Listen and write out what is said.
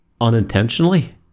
unintentionally